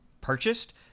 purchased